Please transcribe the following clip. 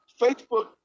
Facebook